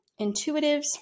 intuitives